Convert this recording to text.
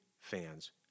fans